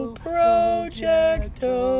projecto